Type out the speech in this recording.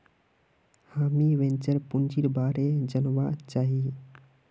हामीं वेंचर पूंजीर बारे जनवा चाहछी